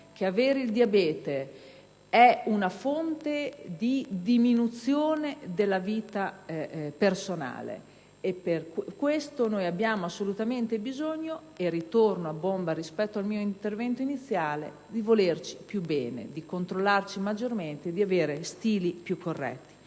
che il diabete è una fonte di diminuzione della vita personale. Per questo abbiamo assolutamente bisogno - ritorno qui alla prima parte del mio intervento - di volerci più bene, di controllarci maggiormente e di avere stili di vita più corretti.